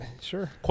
Sure